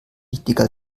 wichtiger